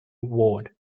ward